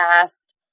past